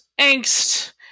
angst